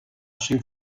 cinc